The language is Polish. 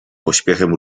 pośpiechem